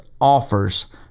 offers